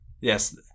Yes